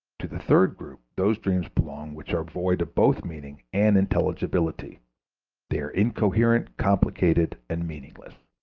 to the third group those dreams belong which are void of both meaning and intelligibility they are incoherent, complicated, and meaningless.